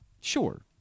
Sure